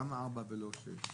למה ארבע ולא שש?